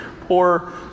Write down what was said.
poor